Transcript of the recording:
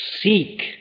seek